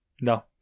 No